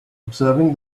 observing